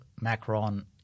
Macron